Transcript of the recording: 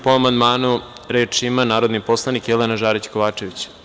Po amandmanu, reč ima narodni poslanik Jelena Žarić Kovačević.